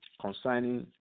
concerning